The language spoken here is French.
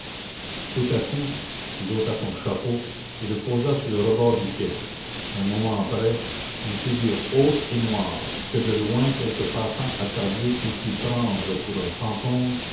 tout à coup il ôta son chapeau et le posa sur le rebord du quai un moment après une figure haute et noire que de loin quelque passant attardé eût pu prendre pour un fantôme